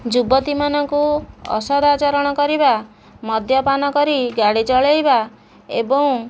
ଯୁବତୀମାନଙ୍କୁ ଅସଦାଚରଣ କରିବା ମଦ୍ୟପାନ କରି ଗାଡ଼ି ଚଲେଇବା ଏବଂ